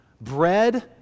bread